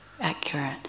accurate